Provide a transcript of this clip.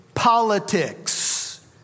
politics